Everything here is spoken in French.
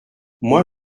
moi